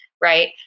right